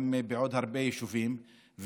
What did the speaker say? גם בעוד הרבה יישובים,